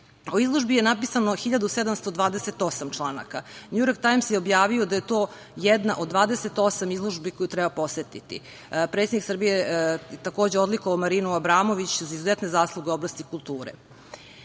izložbi je napisano 1.728 članaka. „Njujork tajms“ je objavio da je to jedna od 28 izložbi koje treba posetiti. Predsednik Srbije je takođe odlikovao Marinu Abramović za izuzetne zasluge u oblasti kulture. Inače,